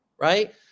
right